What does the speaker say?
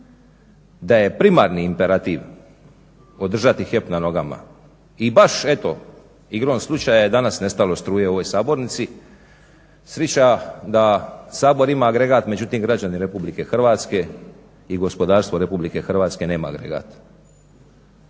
da je primarni imperativ održati HEP na nogama. I baš eto igrom slučaja je danas nestalo struje u ovoj sabornici, srića da Sabor ima agregat, međutim građani Republike Hrvatske i gospodarstvo Republike Hrvatske nema agregat.